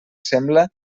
sembla